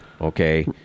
okay